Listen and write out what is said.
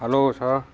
hello sir